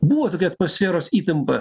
buvo tokia atmosferos įtampa